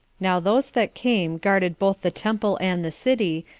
now those that came guarded both the temple and the city,